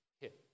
hit